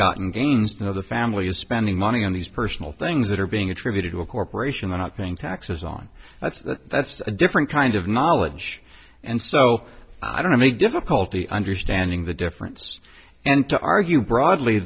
gotten gains though the family is spending money on these personal things that are being attributed to a corporation not being taxes on that's that's a different kind of knowledge and so i don't have any difficulty understanding the difference and to argue broadly